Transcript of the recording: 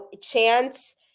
chance